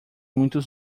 muitos